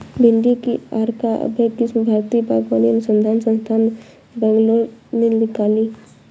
भिंडी की अर्का अभय किस्म भारतीय बागवानी अनुसंधान संस्थान, बैंगलोर ने निकाली